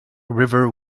river